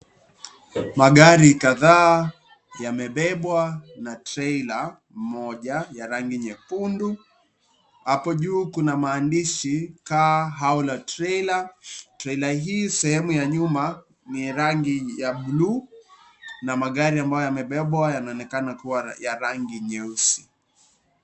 Magari kadhaa yamebebwa na trela moja ya rangi nyekundu hapo juu kuna maandishi Car Hauler Trailer trela hii sehemu ya nyuma ni ya rangi ya bluu na magari ambayo yamebebwa yanaonekana kuwa ya rangi nyeusi.